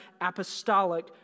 apostolic